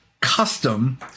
custom